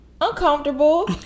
uncomfortable